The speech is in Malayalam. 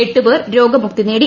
എട്ട് പേർ രോഗമുക്തി നേടി